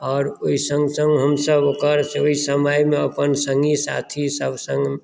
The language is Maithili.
आओर ओहि सङ्ग सङ्ग हमसभ ओकर से ओहि समयमे अपन सङ्गी साथी सभ सङ्गमे